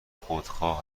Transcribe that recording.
خودخواه